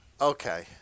Okay